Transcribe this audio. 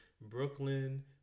Brooklyn